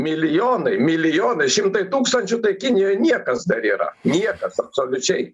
milijonai milijonai šimtai tūkstančių tai kinijoj niekas dar yra niekas absoliučiai